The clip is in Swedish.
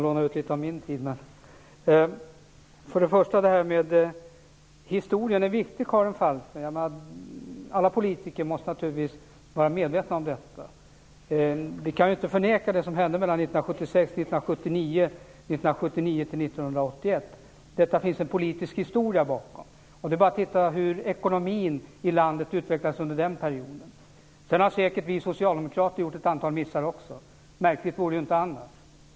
Herr talman! Historien är viktig, Karin Falkmer. Alla politiker måste naturligtvis vara medvetna om detta. Vi kan inte förneka det som hände mellan 1976 och 1979 och 1979-1981. Det finns en politisk historia bakom detta. Det är bara att titta på hur ekonomin i landet utvecklades under den perioden. Vi socialdemokrater har säkert också gjort ett antal missar. Märkligt vore det annars.